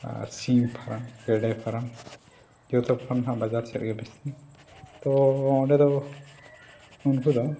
ᱟᱨ ᱥᱤᱢ ᱯᱷᱟᱨᱟᱢ ᱜᱮᱰᱮ ᱯᱷᱟᱨᱟᱢ ᱡᱚᱛᱚ ᱠᱷᱚᱱ ᱦᱟᱸᱜ ᱵᱟᱡᱟᱨ ᱥᱮᱫ ᱨᱮᱜᱮ ᱵᱮᱥᱤ ᱛᱚ ᱚᱸᱰᱮ ᱫᱚ ᱩᱱᱠᱩ ᱫᱚ